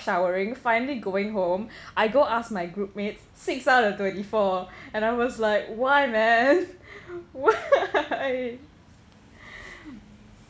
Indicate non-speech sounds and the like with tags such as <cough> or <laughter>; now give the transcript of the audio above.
showering finally going home I go ask my group mates six out of twenty-four and I was like why man why <laughs>